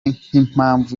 nk’impamvu